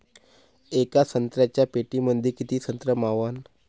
येका संत्र्याच्या पेटीमंदी किती संत्र मावन?